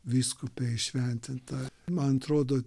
vyskupe įšventinta man trodo